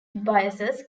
biases